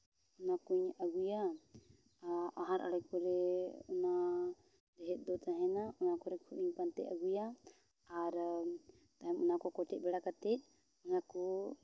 ᱚᱱᱟ ᱠᱚᱧ ᱟᱹᱜᱩᱭᱟ ᱟᱦᱟᱨ ᱟᱬᱮ ᱠᱚᱨᱮᱜ ᱚᱱᱟ ᱨᱮᱸᱦᱮᱫ ᱫᱚ ᱛᱟᱦᱮᱱᱟ ᱚᱱᱟ ᱠᱚᱨᱮ ᱠᱷᱚᱡ ᱤᱧ ᱯᱟᱱᱛᱮ ᱟᱹᱜᱩᱭᱟ ᱟᱨ ᱛᱟᱭᱚᱢ ᱚᱱᱟ ᱠᱚ ᱠᱚᱴᱮᱡ ᱵᱟᱲᱟ ᱠᱟᱛᱮ ᱚᱱᱟ ᱠᱚ